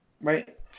right